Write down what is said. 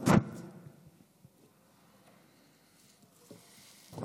השבת אבדה: למי אבד עט שחור, יפה כזה?